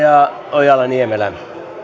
ojala niemelä